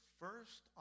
first